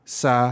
sa